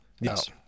yes